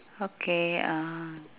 okay uh